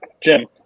jim